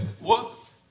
whoops